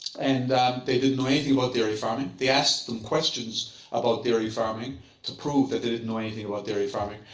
and they didn't know anything about dairy farming. they asked them questions about dairy farming to prove that they didn't know anything about dairy farming.